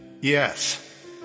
Yes